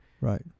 right